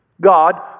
God